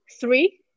three